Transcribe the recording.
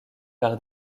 par